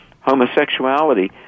homosexuality